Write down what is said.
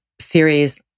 series